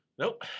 Nope